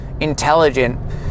intelligent